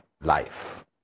life